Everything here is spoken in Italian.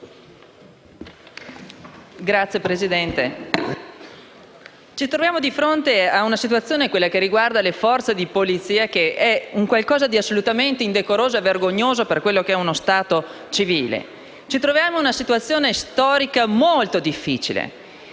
Signor Presidente, ci troviamo di fronte ad una situazione, quella che riguarda le forze di polizia, che è un qualcosa di assolutamente indecoroso e vergognoso per uno Stato civile. Ci troviamo in una situazione storica molto difficile: